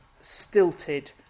stilted